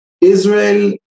Israel